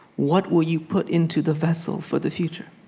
what will you put into the vessel for the future?